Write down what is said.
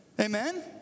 Amen